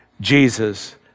Jesus